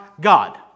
God